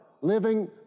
living